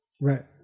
Right